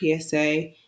PSA